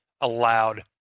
allowed